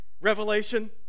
revelation